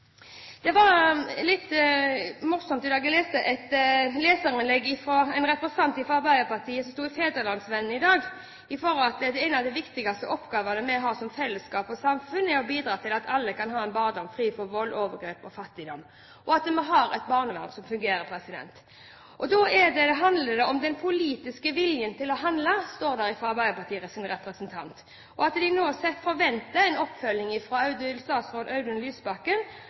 Det var litt morsomt i dag. Jeg leste et leserinnlegg som sto i Fædrelandsvennen i går, fra en representant fra Arbeiderpartiet. Det sto: «En av de viktigste oppgavene vi har som fellesskap og samfunn, er å bidra til at alle kan ha en barndom fri for vold, overgrep og fattigdom.» Det er viktig at vi har et barnevern som fungerer, og da handler det om «den politiske viljen til å handle», skriver Arbeiderpartiets representant videre. De forventer nå en oppfølging fra statsråd Audun Lysbakken